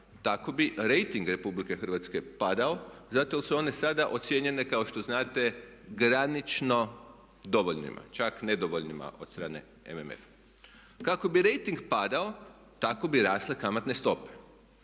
tako bi rejting Republike Hrvatske padao zato jer su one sada ocijenjene kao što znate granično dovoljnima, čak nedovoljnima od strane MMF-a. Kako bi rejting padao tako bi rasle kamatne stope.